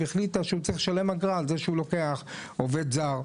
והחליטה שהוא צריך לשלם אגרה על זה שהוא לוקח עובד זר.